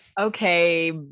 Okay